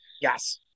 Yes